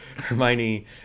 Hermione